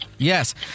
Yes